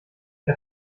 der